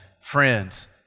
Friends